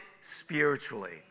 spiritually